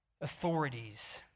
authorities